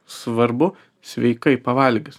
svarbu sveikai pavalgius